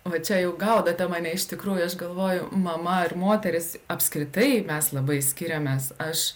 va čia jau gaudote mane iš tikrųjų aš galvoju mama ar moteris apskritai mes labai skiriamės aš